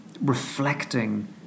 reflecting